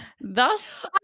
thus